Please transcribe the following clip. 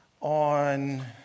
on